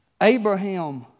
Abraham